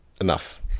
enough